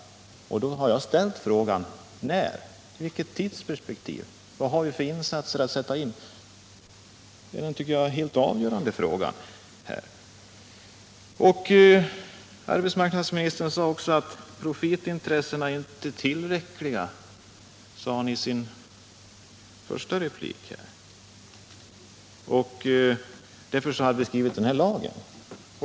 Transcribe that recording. Då har jag ställt frågan: Vilket tidsperspektiv har vi? Vilka insatser kan vi göra? Det är den helt avgörande frågan här. Arbetsmarknadsministern sade i sin första replik att det inte var tillräckligt med profitintressena och att den här lagen därför hade skrivits.